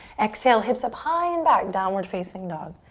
exhale, hips up high and back, downward facing dog.